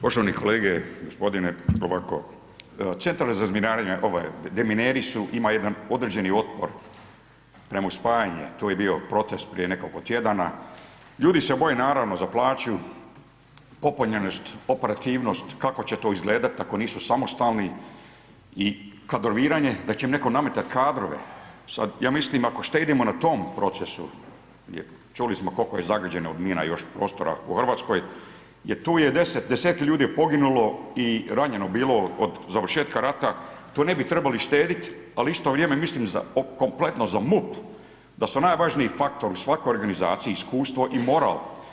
Poštovane kolege, Centar za razminiravanje, ovaj, demineri su, ima jedan određeni otpor prema spajanju, tu je bio protest prije nekoliko tjedana, ljudi se boje, naravno, za plaću, popunjenost, operativnost, kako će to izgledati ako nisu samostalni i kadroviranje, da će netko nametati kadrove, ja mislim ako štedimo na tom procesu, čuli smo koliko je zagađeno od mina još prostora u RH, je tu je 10 ljudi je poginulo i ranjeno bilo od završetka rata, tu ne bi trebali štediti, ali u isto vrijeme mislim kompletno za MUP da su najvažniji faktori u svakoj organizaciji iskustvo i moral.